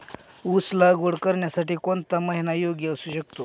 ऊस लागवड करण्यासाठी कोणता महिना योग्य असू शकतो?